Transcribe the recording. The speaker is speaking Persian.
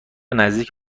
نزدیک